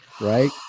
right